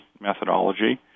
methodology